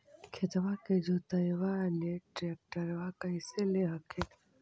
खेतबा के जोतयबा ले ट्रैक्टरबा कैसे ले हखिन?